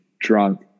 drunk